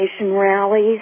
rallies